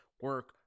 Work